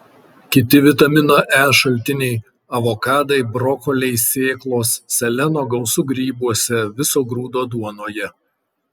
kiti vitamino e šaltiniai avokadai brokoliai sėklos seleno gausu grybuose viso grūdo duonoje